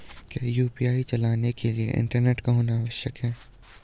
क्या यु.पी.आई चलाने के लिए इंटरनेट का होना आवश्यक है?